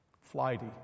Flighty